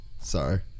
sorry